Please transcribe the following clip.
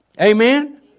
Amen